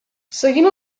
seguint